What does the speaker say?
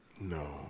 No